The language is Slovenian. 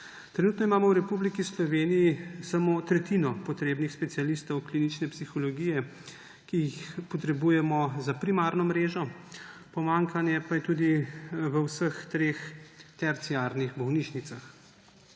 Trenutno imamo v Republiki Sloveniji samo tretjino potrebnih specialistov klinične psihologije, ki jih potrebujemo za primarno mrežo, pomanjkanje pa je tudi v vseh treh terciarnih bolnišnicah.